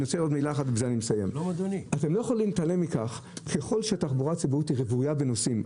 אתם לא יכולים להתעלם מכך שככל שהתחבורה הציבורית היא רוויה בנוסעים,